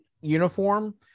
uniform